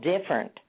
different